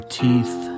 teeth